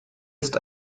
ist